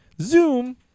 Zoom